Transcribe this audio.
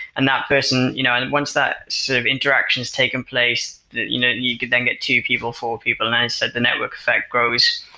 and that person, you know and and once that sort of interactions taking place that you know you could then get two people, four people, and i said the network effect grows.